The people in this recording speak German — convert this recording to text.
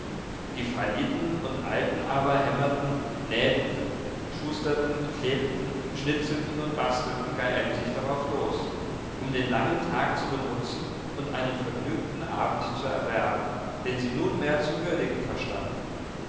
die falliten und alten aber hämmerten näheten schusterten klebten schnitzelten und bastelten gar emsig darauf los um den langen tag zu benutzen und einen vergnügten abend zu erwerben den sie nunmehr zu würdigen verstanden